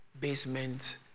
Basement